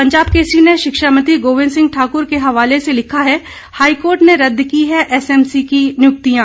पंजाब केसरी ने शिक्षा मंत्री गोविंद सिंह ठाकुर के हवाले से लिखा है हाईकोर्ट ने रदद की हैं एसएमसी की नियुक्तियां